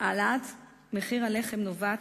העלאת מחיר הלחם נובעת,